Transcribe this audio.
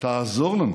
תעזור לנו